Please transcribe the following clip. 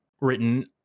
written